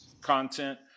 content